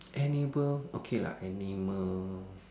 animal okay lah animal